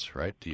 right